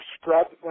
scrub